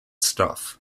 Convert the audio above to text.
stuff